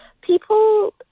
people